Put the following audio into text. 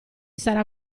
sarà